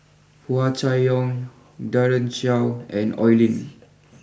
Hua Chai Yong Daren Shiau and Oi Lin